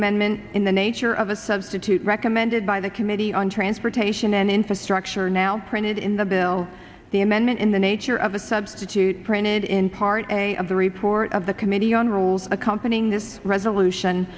amendment in the nature of a substitute recommended by the committee on transportation and infrastructure now printed in the bill the amendment in the nature of a substitute printed in part a of the report of the committee on rules accompanying this resolution